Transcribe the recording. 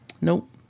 nope